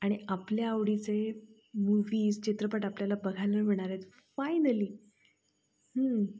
आणि आपल्या आवडीचे मूवीज चित्रपट आपल्याला बघायला मिळणार आहेत फायनली